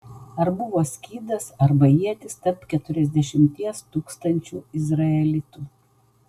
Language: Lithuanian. ar buvo skydas arba ietis tarp keturiasdešimties tūkstančių izraelitų